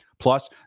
Plus